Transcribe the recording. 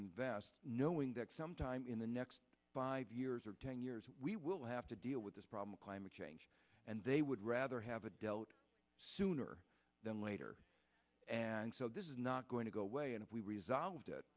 invest knowing that sometime in the next five years or ten years we will have to deal with this problem of climate change and they would rather have a dealt sooner than later and so this is not going to go away and if we resolve i